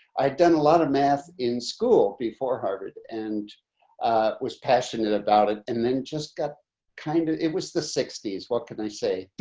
i'd done a lot of math in school before harvard and was passionate about it, and then just got kind of it was the sixty s, what can i say?